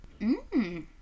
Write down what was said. Mmm